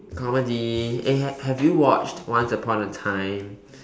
comedy eh have have you watched once upon a time